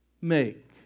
make